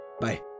Bye